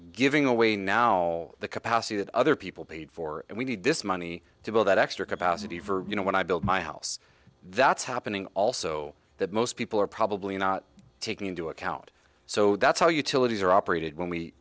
giving away now the capacity that other people paid for and we need this money to build that extra capacity for you know when i build my house that's happening also that most people are probably not taking into account so that's how utilities are operated when we